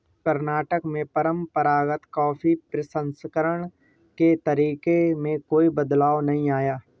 कर्नाटक में परंपरागत कॉफी प्रसंस्करण के तरीके में कोई बदलाव नहीं आया है